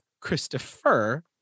christopher